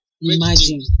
Imagine